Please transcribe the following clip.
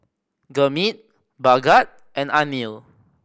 Gurmeet Bhagat and Anil